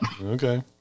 Okay